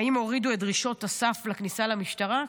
האם הורידו את דרישות הסף לכניסה למשטרה?